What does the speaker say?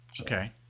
Okay